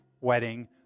wedding